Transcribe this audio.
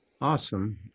Awesome